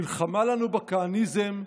מלחמה לנו בכהניזם,